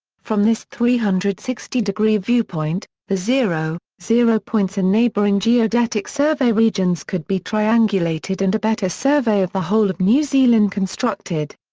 from this three hundred and sixty degree viewpoint, the zero, zero points in neighbouring geodetic survey regions could be triangulated and a better survey of the whole of new zealand constructed.